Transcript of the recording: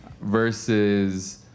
versus